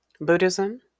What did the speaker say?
Buddhism